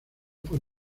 por